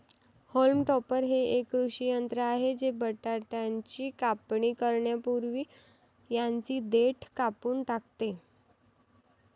haulm topper हे एक कृषी यंत्र आहे जे बटाट्याची कापणी करण्यापूर्वी त्यांची देठ कापून टाकते